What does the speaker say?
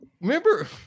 remember